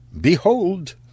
Behold